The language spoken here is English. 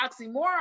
oxymoron